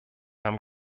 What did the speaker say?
haben